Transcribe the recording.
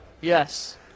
Yes